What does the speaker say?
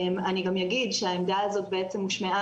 אני גם יגיד שהעמדה הזאת בעצם הושמעה